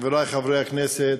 חברי חברי הכנסת,